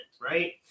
right